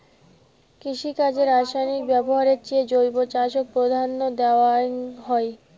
কৃষিকাজে রাসায়নিক ব্যবহারের চেয়ে জৈব চাষক প্রাধান্য দেওয়াং হই